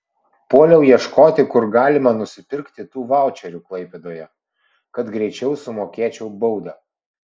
puoliau ieškoti kur galima nusipirkti tų vaučerių klaipėdoje kad greičiau sumokėčiau baudą